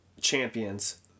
Champions